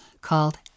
called